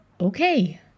Okay